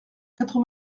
quatre